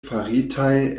faritaj